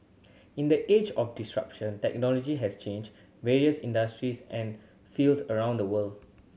in the age of disruption technology has changed various industries and fields around the world